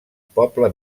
poble